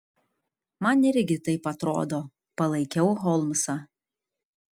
man irgi taip atrodo palaikiau holmsą